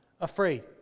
afraid